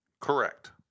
Correct